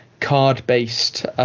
card-based